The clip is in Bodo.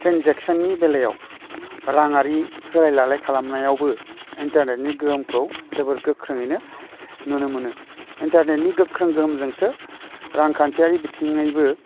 ट्रेनजेकसननि बेलायाव राङारि होलाय लालाय खालामनायावबो इन्टारनेटनि गोहोमखौ जोबोद गोख्रोंङैनो नुनो मोनो इन्टारनेटनि गोख्रों गोहोमजोंसो रांखान्थियारि बिथिंनिबो